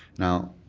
now,